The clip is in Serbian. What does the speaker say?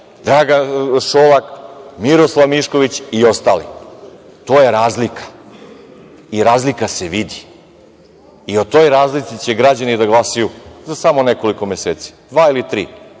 Dragan Šolak, Miroslav Mišković i ostali. To je razlika i razlika se vidi. I o toj razlici će građani da glasaju za samo nekoliko meseci, dva ili tri.